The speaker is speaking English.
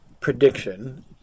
prediction